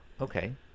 okay